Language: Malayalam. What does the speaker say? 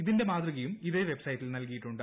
ഇതിന്റെ മാതൃകയും ഇതേ വെബ്സൈറ്റിൽ നൽകിയിട്ടുണ്ട്